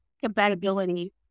compatibility